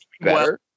better